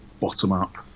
bottom-up